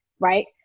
Right